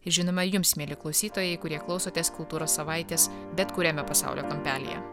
žinoma jums mieli klausytojai kurie klausotės kultūros savaitės bet kuriame pasaulio kampelyje